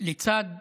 לצד